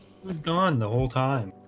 gone the whole time